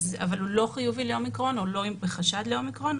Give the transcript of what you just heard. אבל הוא לא חיובי לאומיקרון או לא עם חשד לאומיקרון,